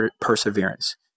perseverance